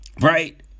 Right